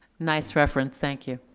nice reference. thank you.